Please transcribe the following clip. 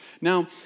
Now